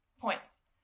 Points